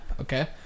okay